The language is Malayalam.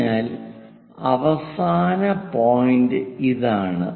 അതിനാൽ അവസാന പോയിന്റ് ഇതാണ്